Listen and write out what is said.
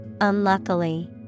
unluckily